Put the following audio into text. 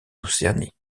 océanie